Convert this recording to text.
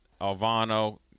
Alvano